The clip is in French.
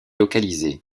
localisée